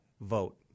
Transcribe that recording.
vote